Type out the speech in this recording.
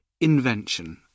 Invention